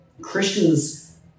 Christians